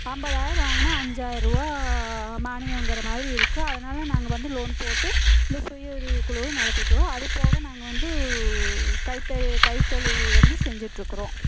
அம்பதாயிரம் வாங்கினா அஞ்சாய ரூபா மானியங்கிற மாதிரி இருக்குது அதனால நாங்கள் வந்து லோன் போட்டு இந்த சுய உதவி குழுவை நடத்திட்டுருக்கோம் அது போக நாங்கள் வந்து கை தொ கை தொழில் வந்து செஞ்சிட்டுருக்குறோம்